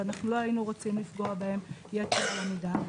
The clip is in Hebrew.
ואנחנו לא היינו רוצים לפגוע בהם יתר על המידה.